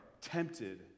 tempted